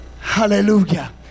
hallelujah